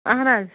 اَہَن حظ